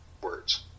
words